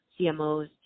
CMOs